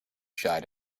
shy